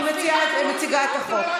היא מציגה את החוק.